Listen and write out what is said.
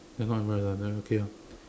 I know I'm right lah then okay ah